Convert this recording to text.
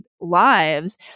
lives